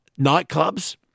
nightclubs